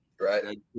Right